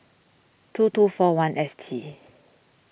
two two four one S T